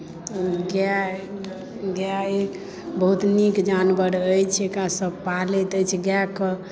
गाए गाए बहुत नीक जानवर अछि एकरा सभ पालैत अछि गाएकेँ